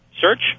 search